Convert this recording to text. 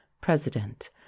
president